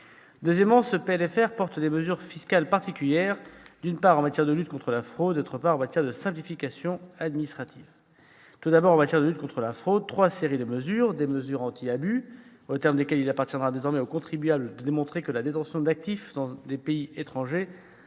rectificative porte ensuite des mesures fiscales particulières : d'une part, en matière de lutte contre la fraude ; d'autre part, en matière de simplification administrative. S'agissant de la lutte contre la fraude, nous prenons trois séries de mesures : des mesures anti-abus, aux termes desquelles il appartiendra désormais au contribuable de démontrer que la détention d'actifs dans des pays ne